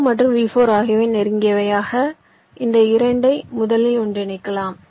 V2 மற்றும் V4 ஆகியவை நெருங்கியவை ஆகவே இந்த 2 ஐ முதலில் ஒன்றிணைக்கலாம்